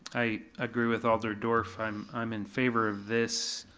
i agree with alder dorff, i'm i'm in favor of this.